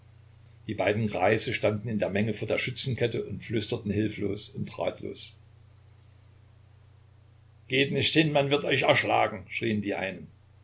die beiden greise standen in der menge vor der schützenkette und flüsterten hilflos und ratlos geht nicht hin man wird euch erschlagen schrien die einen